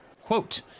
quote